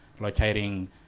locating